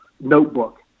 notebook